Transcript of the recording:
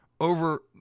over